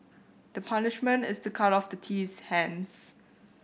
the punishment is to cut off the thief's hands